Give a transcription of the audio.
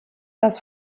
das